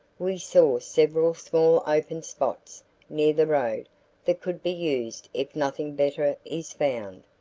we saw several small open spots near the road that could be used if nothing better is found.